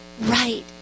right